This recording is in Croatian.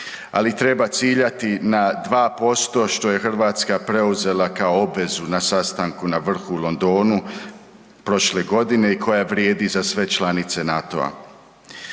ali treba ciljati na 2%, što je Hrvatska preuzela kao obvezu na sastanku na vrhu u Londonu prošle godine i koja vrijedi za sve članice NATO-a.